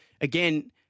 again